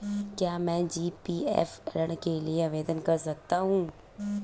क्या मैं जी.पी.एफ ऋण के लिए आवेदन कर सकता हूँ?